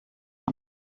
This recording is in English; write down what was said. one